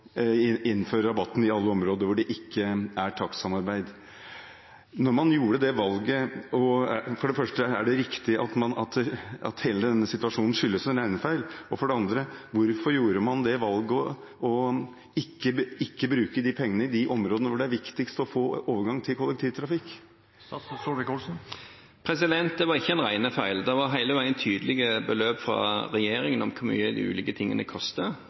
rabatten i alle områder hvor det ikke er takstsamarbeid. For det første: Er det riktig at hele denne situasjonen skyldes en regnefeil? Og for det andre: Hvorfor tok man det valget om ikke å bruke de pengene i områdene hvor det er viktigst å få en overgang til kollektivtrafikk? Det var ikke en regnefeil. Det var hele veien tydelige beløp fra regjeringen om hvor mye de ulike tingene koster.